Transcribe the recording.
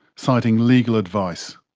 citing legal advice.